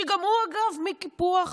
שגם הוא אגב מקיפוח,